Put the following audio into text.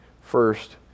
first